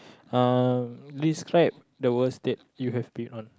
um describe the worst date you have been on